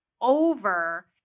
over